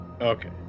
Okay